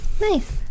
Nice